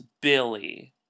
Billy